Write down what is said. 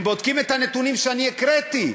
הם בודקים את הנתונים שאני הקראתי,